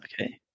Okay